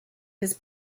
his